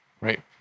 Right